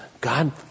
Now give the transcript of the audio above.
God